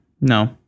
no